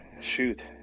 shoot